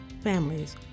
families